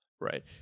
right